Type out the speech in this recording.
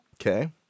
Okay